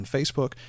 Facebook